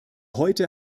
heute